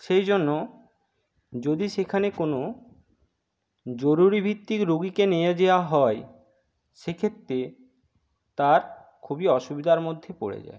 সেই জন্য যদি সেখানে কোনো জরুরীভিত্তিক রুগীকে নিয়ে যেওয়া হয় সেক্ষেত্রে তার খুবই অসুবিধার মধ্যে পড়ে যায়